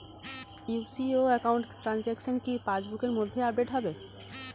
UCO account transaction কি pass বুকের মধ্যে আপডেট হবে?